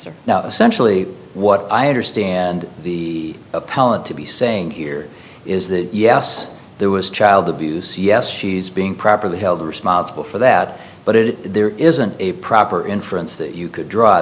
or no essentially what i understand the appellant to be saying here is that yes there was child abuse yes she's being properly held responsible for that but it there isn't a proper inference that you could draw